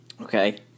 Okay